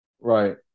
Right